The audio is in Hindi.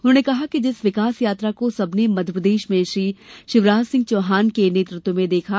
उन्होंने कहा कि जिस विकास यात्रा को सबने मध्यप्रदेश में श्री शिवराज सिंह चौहान के नेतृत्व में देखा